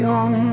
on